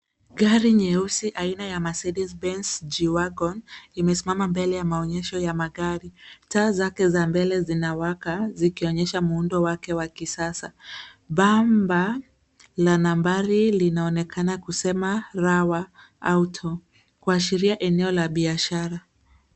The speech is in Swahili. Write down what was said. Gari nyeusi aina ya Mercedes benz G wagon imesimama mbele ya maonyesho ya magari. Taa zake za mbele zinawaka zikionyesha muundo wake wa kisasa. Bamba la nambari linaonekana kusema Rawa Auto, kuashiria eneo la biashara.